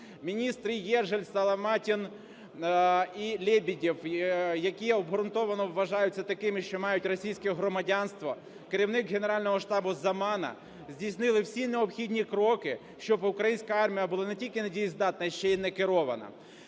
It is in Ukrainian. Міністри Єжель, Саламатін і Лебедєв, які обґрунтовано вважаються такими, що мають російське громадянство, керівник Генерального штабу Замана, здійснили всі необхідні кроки, щоб українська армія була не тільки недієздатна, а ще й некерована.